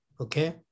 okay